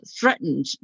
threatened